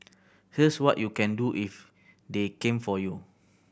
here's what you can do if they came for you